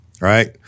Right